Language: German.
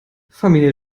familie